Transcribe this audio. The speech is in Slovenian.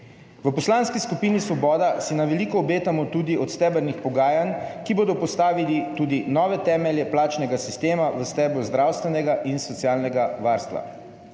V Poslanski skupini Svoboda si veliko obetamo tudi od stebrnih pogajanj, ki bodo postavila tudi nove temelje plačnega sistema v stebru zdravstvenega in socialnega varstva.